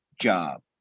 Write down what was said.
job